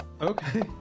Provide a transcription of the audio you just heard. Okay